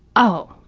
oh,